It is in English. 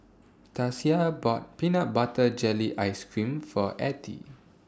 Tasia bought Peanut Butter Jelly Ice Cream For Ethie